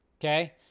Okay